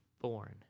born